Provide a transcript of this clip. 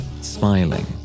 smiling